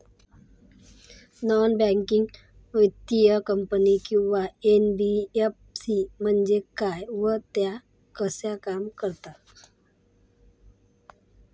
Non banking वित्तीय company किंवा NBFC म्हणजे काय व त्या कशा काम करतात?